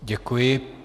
Děkuji.